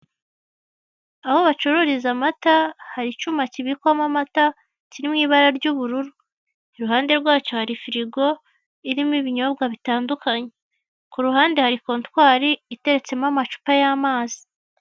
Aho bacururiza amata hari icyuma kibikwamo amata kiri mu ry'ubururu, iruhande rwacyo hari firigo irimo ibinyobwa bitandukanye, ku ruhande hari kontwari itetsemo amacupa y'amazi.